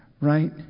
right